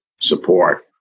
support